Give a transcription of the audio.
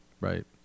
Right